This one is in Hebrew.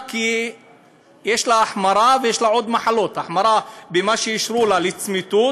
כי יש לה החמרה ויש לה עוד מחלות: ההחמרה היא במה שאישרו לה לצמיתות,